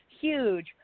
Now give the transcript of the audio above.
huge